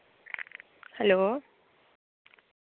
hello